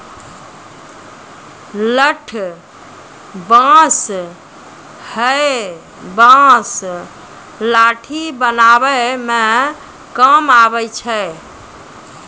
लठ बांस हैय बांस लाठी बनावै म काम आबै छै